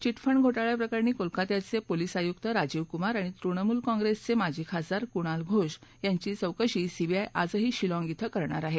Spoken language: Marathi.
चिटफंड घोटाळ्याप्रकरणी कोलकात्याचे पोलीस आयुक्त राजीव कुमार आणि तुणमूल काँग्रेसचे माजी खासदार कुणाल घोष यांची चौकशी सीबीआय आजही शिलॉग इथं करणार आहे